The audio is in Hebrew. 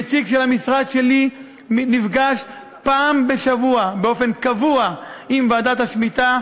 נציג של המשרד שלי נפגש פעם בשבוע באופן קבוע עם ועדת השמיטה,